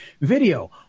video